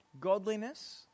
Godliness